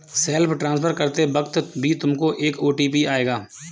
self transfer करते वक्त भी तुमको एक ओ.टी.पी आएगा